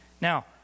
Now